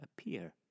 appear